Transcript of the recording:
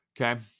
Okay